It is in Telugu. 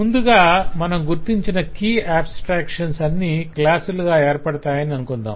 ముందుగా మనం గుర్తించిన కీ ఆబ్స్ట్రాక్షన్స్ అన్నీ క్లాసులుగా ఏర్పడతాయని అనుకొందాం